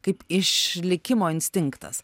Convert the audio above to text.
kaip išlikimo instinktas